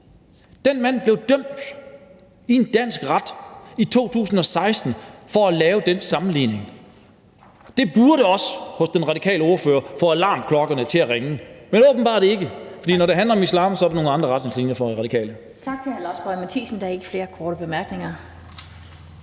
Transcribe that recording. Den mand blev dømt i en dansk ret i 2016 for at lave den sammenligning. Det burde også hos den radikale ordfører få alarmklokkerne til at ringe, men åbenbart ikke, for når det handler om islam, er der nogle andre retningslinjer for Radikale.